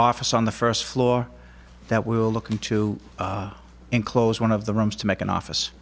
office on the first floor that will look into and close one of the rooms to make an office